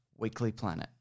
weeklyplanet